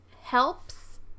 helps